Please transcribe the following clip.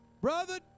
brother